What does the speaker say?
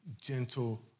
gentle